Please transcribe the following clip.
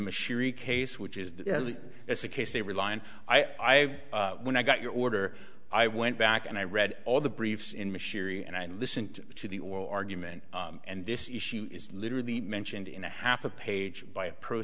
machinery case which is it's a case they rely on i have when i got your order i went back and i read all the briefs in machinery and i listened to the oral argument and this issue is literally mentioned in a half a page by a pro